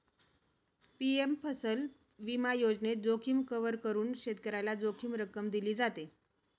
PM फसल विमा योजनेत, जोखीम कव्हर करून शेतकऱ्याला जोखीम रक्कम दिली जाते